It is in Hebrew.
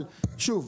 אבל שוב,